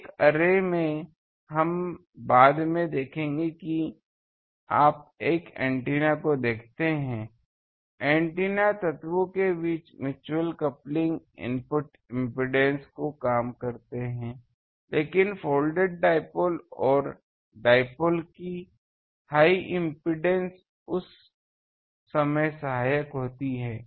एक अर्रे में हम बाद में देखेंगे जब आप एंटीना को देखते हैं एंटीना तत्वों के बीच म्यूच्यूअल कपलिंग इनपुट इम्पीडेन्स को कम करते हैं लेकिन फोल्डेड डाइपोल की हाई इम्पीडेन्स उस समय सहायक होती है